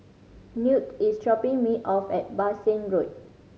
Newt is dropping me off at Bassein Road